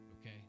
Okay